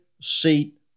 seat